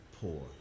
poor